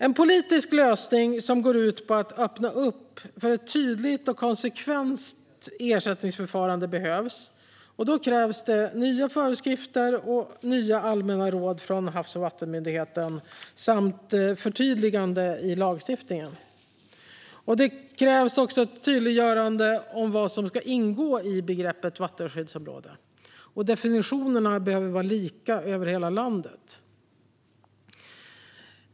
En politisk lösning som går ut på att öppna för ett tydligt och konsekvent ersättningsförfarande behövs. Då krävs det nya föreskrifter och nya allmänna råd från Havs och vattenmyndigheten samt förtydligande i lagstiftningen. Det krävs också ett tydliggörande av vad som ska ingå i begreppet vattenskyddsområde, och definitionerna behöver vara lika över hela landet.